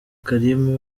karim